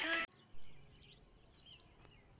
क्या आप मुझे मेरे चालू खाते की खाता संख्या बता सकते हैं?